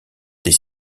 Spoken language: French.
des